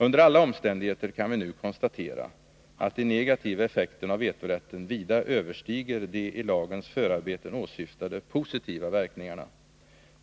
Under alla omständigheter kan vi nu konstatera att de negativa effekterna av vetorätten vida överstiger de i lagens förarbeten åsyftade positiva verkningarna.